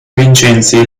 vincenzi